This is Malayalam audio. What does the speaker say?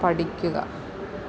പഠിക്കുക